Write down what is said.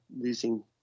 losing